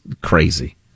crazy